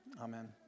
Amen